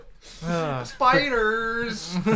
Spiders